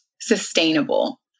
sustainable